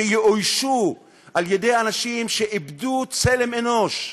שיאוישו על-ידי אנשים שאיבדו צלם אנוש,